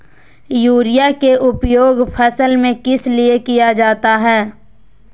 Urea के उपयोग फसल में किस लिए किया जाता है?